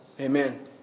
amen